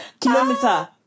Kilometer